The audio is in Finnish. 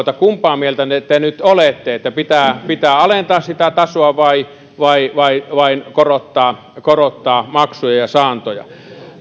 kumpaa mieltä te nyt olette että pitää pitää alentaa sitä tasoa vai vai korottaa korottaa maksuja ja saantoja